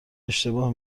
اشتباه